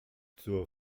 zur